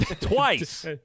Twice